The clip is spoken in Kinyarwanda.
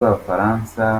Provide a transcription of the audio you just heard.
b’abafaransa